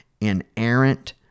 inerrant